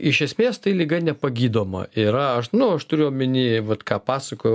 iš esmės tai liga nepagydoma yra aš nu aš turiu omeny vat ką pasakojau